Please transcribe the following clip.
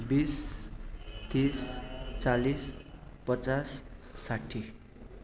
बिस तिस चालिस पचास साठी